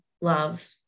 love